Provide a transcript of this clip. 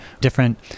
different